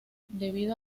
debido